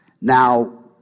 Now